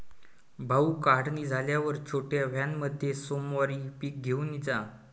भाऊ, काढणी झाल्यावर छोट्या व्हॅनमध्ये सोमवारी पीक घेऊन जा